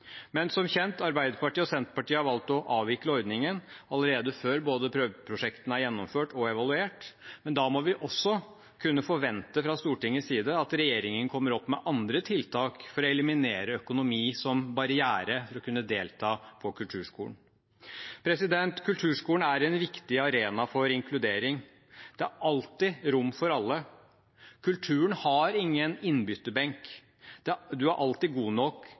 Som kjent har Arbeiderpartiet og Senterpartiet valgt å avvikle ordningen allerede før prøveprosjektene er gjennomført og evaluert, men da må vi også fra Stortingets side kunne forvente at regjeringen kommer opp med andre tiltak for å eliminere økonomi som barriere for å kunne delta på kulturskolen. Kulturskolen er en viktig arena for inkludering. Det er alltid rom for alle. Kulturen har ingen innbytterbenk – du er alltid god nok